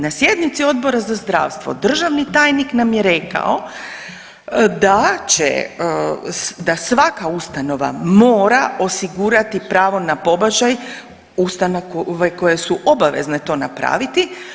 Na sjednici Odbora za zdravstvo državni tajnik nam je rekao da će, da svaka ustanova mora osigurati pravo na pobačaj, ustanove koje su obavezne to napraviti.